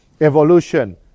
evolution